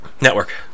Network